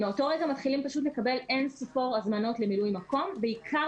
מאותו רגע מתחילים פשוט לקבל אין-ספור הזמנות למילוי מקום בעיקר